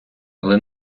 але